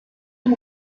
dem